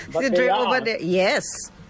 Yes